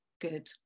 good